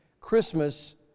Christmas